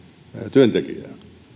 työntekijää